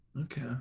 Okay